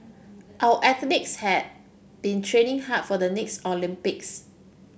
our athletes have been training hard for the next Olympics